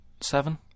seven